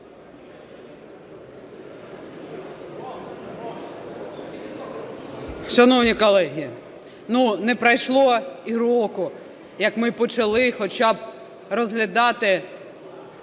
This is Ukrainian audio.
Шановні колеги, ну, не пройшло і року, як ми почали хоча б розглядати